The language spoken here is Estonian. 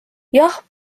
jah